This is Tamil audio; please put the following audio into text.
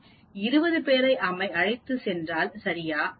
நான் 20 பேரை அழைத்துச் சென்றால் சரியா